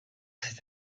c’est